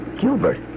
Gilbert